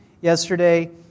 yesterday